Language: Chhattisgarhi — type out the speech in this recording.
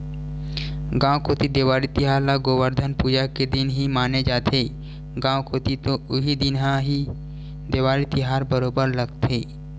गाँव कोती देवारी तिहार ल गोवरधन पूजा के दिन ही माने जाथे, गाँव कोती तो उही दिन ह ही देवारी तिहार बरोबर लगथे